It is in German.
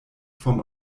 von